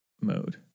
mode